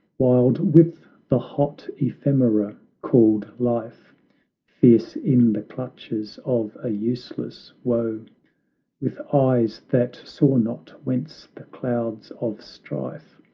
wild with the hot ephemera, called life fierce in the clutches of a useless woe with eyes that saw not whence the clouds of strife,